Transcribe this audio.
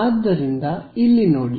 ಆದ್ದರಿಂದ ಇಲ್ಲಿ ನೋಡಿ